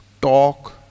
talk